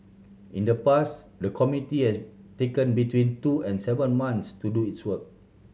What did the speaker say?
in the past the committee has taken between two and seven months to do its work